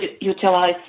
utilize